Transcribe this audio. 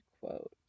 quote